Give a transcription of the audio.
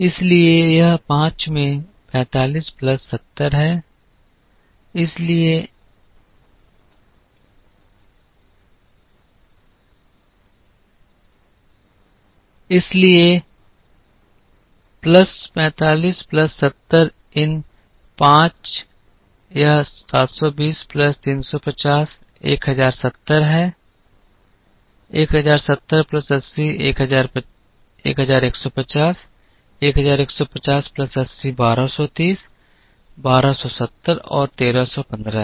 इसलिए यह 5 में 45 प्लस 70 है इसलिए प्लस 45 प्लस 70 इन 5 यह 720 प्लस 350 1070 है 1070 प्लस 80 1150 1150 प्लस 80 1230 1270 और 1315 है